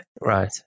Right